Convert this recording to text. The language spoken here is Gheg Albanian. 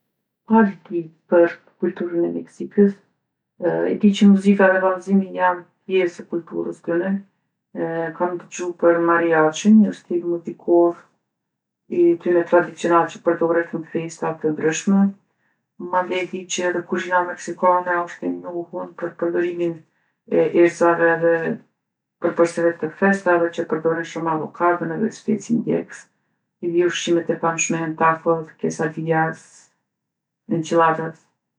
Pak di për kulturën e Meksikës. E di që muzika edhe vallzimi janë pjesë e kulturës tyne. Kam dëgju për mariaqin, një stil muzikor i tyne tradicional që përdorent n'festa t'ndryshme. Mandej e di që edhe kuzhina meksikane osht e njohun për përdorimin e erzave edhe përbërseve të freskta edhe që përdorin shumë avokadon edhe specin djegst. I di ushqimet e famshme janë takot, kesadijat, enqilladat.